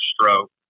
stroke